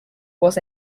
was